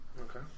Okay